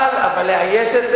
אבל לאיית,